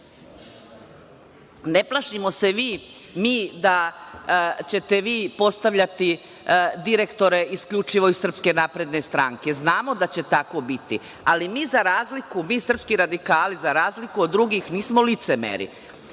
plašimo se mi da ćete vi postavljati direktore isključivo iz SNS, znamo da će tako biti. Ali mi za razliku, mi srpski radikali, za razliku od drugih nismo licemeri.